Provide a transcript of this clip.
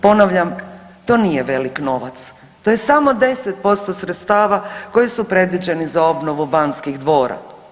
Ponavljam, to nije velik novac, to je samo 10% sredstava koji su predviđeni za obnovu Banskih dvora.